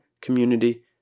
community